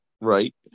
right